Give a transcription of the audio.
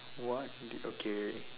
what did okay